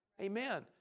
Amen